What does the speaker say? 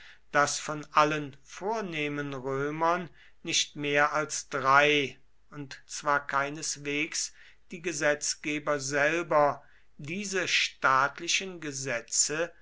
daß von allen vornehmen römern nicht mehr als drei und zwar keineswegs die gesetzgeber selber diese staatlichen gesetze